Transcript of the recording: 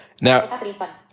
Now